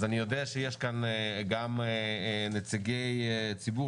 אני יודע שישנם פה ובזום נציגי ציבור